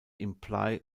imply